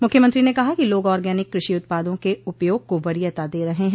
मुख्यमंत्री ने कहा कि लोग आर्गेनिक कृषि उत्पादों के उपयोग को वरीयता दे रहे हैं